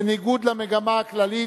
בניגוד למגמה הכללית,